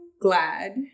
glad